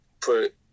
put